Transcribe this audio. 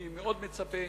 אני מאוד מצפה